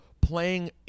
playing